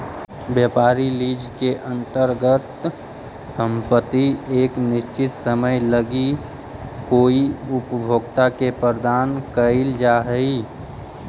व्यापारिक लीज के अंतर्गत संपत्ति एक निश्चित समय लगी कोई उपभोक्ता के प्रदान कईल जा हई